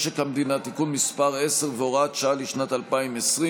משק המדינה (תיקון מס' 10 והוראת שעה לשנת 2020)